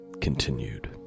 continued